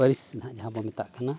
ᱯᱟᱹᱨᱤᱥ ᱱᱟᱜ ᱡᱟᱦᱟᱵᱚ ᱢᱮᱛᱟᱜ ᱠᱟᱱᱟ